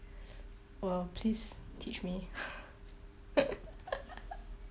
!wah! please teach me